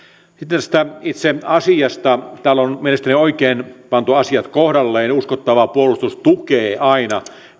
tästä itse asiasta täällä on mielestäni oikein pantu asiat kohdalleen uskottava puolustus tukee aina